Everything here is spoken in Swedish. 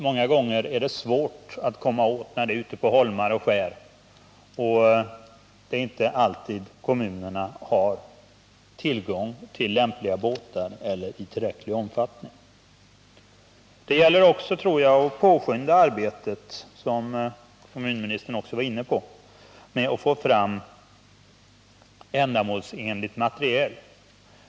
Många gånger är det svårt att komma åt oljan ute på holmar och skär, och kommunerna har inte alltid tillgång till lämpliga båtar eller till båtar i tillräcklig omfattning. Jag tror att det även gäller att påskynda arbetet att få fram ändamålsenligt materiel, vilket kommunministern också var inne på.